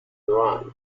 run